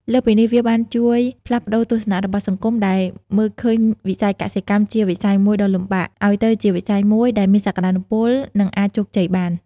លើសពីនេះ វាបានជួយផ្លាស់ប្តូរទស្សនៈរបស់សង្គមដែលមើលឃើញវិស័យកសិកម្មជាវិស័យមួយដ៏លំបាក ឲ្យទៅជាវិស័យមួយដែលមានសក្ដានុពល និងអាចជោគជ័យបាន។